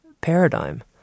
paradigm